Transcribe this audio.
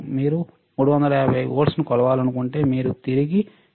మీరు 350 వోల్ట్లను కొలవాలనుకుంటే మీరు తిరిగి 7 50 కి మార్చాలి